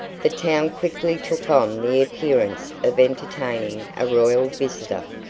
the town quickly took on the appearance of entertaining a royal visitor,